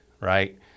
right